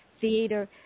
theater